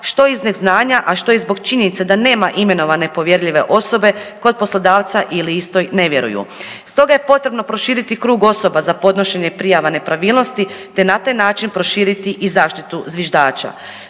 što iz neznanja, a što i zbog činjenice da nema imenovane povjerljive osobe kod poslodavca ili istoj ne vjeruju. Stoga je potrebno proširiti krug osoba za podnošenje prijava nepravilnosti te na taj način proširiti i zaštitu zviždača.